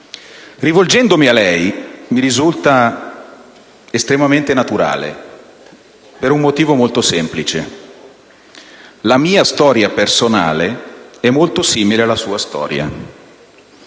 rivolgermi a lei mi risulta estremamente naturale, per un motivo molto semplice: la mia storia personale è molto simile alla sua storia.